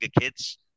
kids